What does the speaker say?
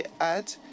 add